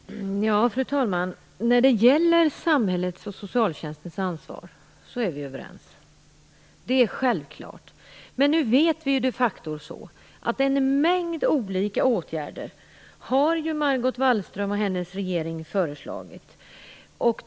Fru talman! Vi är överens när det gäller samhällets och socialtjänstens ansvar. Det är självklart. Men nu vet vi att Margot Wallström och hennes regering har föreslagit en mängd åtgärder, och det kommer mera.